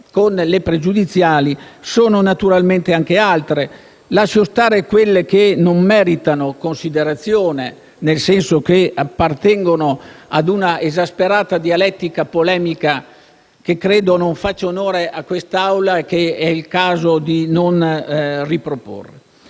con le pregiudiziali sono naturalmente anche altre. Lascio stare quelle che non meritano considerazione, nel senso che appartengono ad una esasperata dialettica polemica che credo non faccia onore a questa Aula e che è il caso di non riproporre.